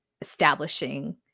establishing